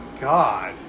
God